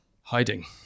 hiding